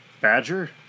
Badger